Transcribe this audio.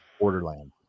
borderland